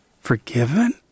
Forgiven